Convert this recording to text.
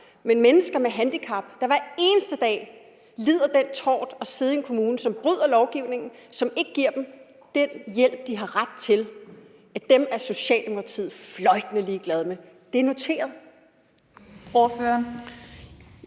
men mennesker med handicap, der hver eneste dag lider den tort at sidde i en kommune, som bryder lovgivningen, og som ikke giver dem den hjælp, de har ret til, er Socialdemokratiet fløjtende ligeglad med. Det er noteret.